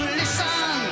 listen